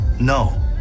No